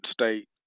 state